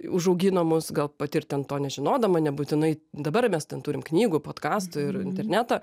užaugino mus gal pati ir ten to nežinodama nebūtinai dabar mes ten turim knygų podkastų ir internetą